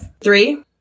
three